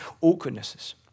awkwardnesses